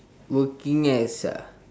working as ah